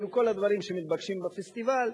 היו כל הדברים שמתבקשים בפסטיבל.